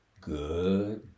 Good